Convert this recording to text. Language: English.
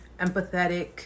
empathetic